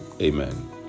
amen